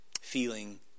feeling